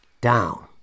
down